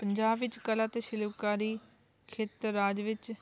ਪੰਜਾਬ ਵਿੱਚ ਕਲਾ ਅਤੇ ਸ਼ਿਲਪਕਾਰੀ ਖੇਤਰ ਰਾਜ ਵਿੱਚ